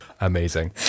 Amazing